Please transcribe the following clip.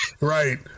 Right